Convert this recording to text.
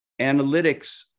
Analytics